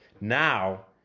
now